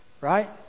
Right